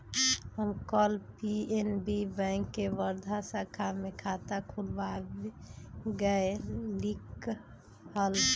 हम कल PNB bank के वर्धा शाखा में खाता खुलवावे गय लीक हल